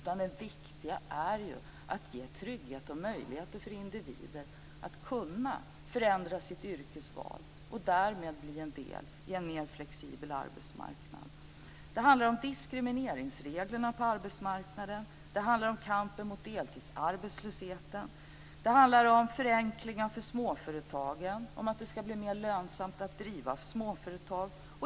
Det viktiga är att ge en trygghet och möjligheter för individen att förändra sitt yrkesval och att därmed bli en del i en mer flexibel arbetsmarknad. Det handlar också om diskrimineringsreglerna på arbetsmarknaden, om kampen mot deltidsarbetslösheten och om förenklingar för småföretagen. Det ska bli mer lönsamt att driva småföretag.